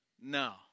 No